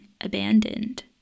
abandoned